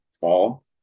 fall